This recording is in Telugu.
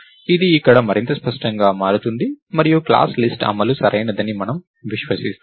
ఇది ఇక్కడ మరింత స్పష్టంగా మారుతుంది మరియు క్లాస్ లిస్ట్ అమలు సరైనదని అని మనము విశ్వసిస్తాము